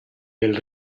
del